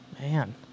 Man